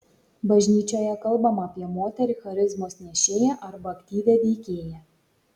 bažnyčioje kalbama apie moterį charizmos nešėją arba aktyvią veikėją